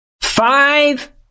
Five